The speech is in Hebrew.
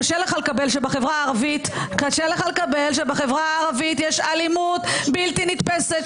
קשה לך לקבל שבחברה הערבית יש אלימות בלתי נתפסת,